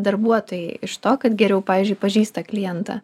darbuotojai iš to kad geriau pavyzdžiui pažįsta klientą